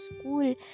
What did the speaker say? school